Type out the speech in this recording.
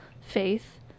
faith